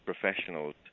professionals